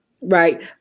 Right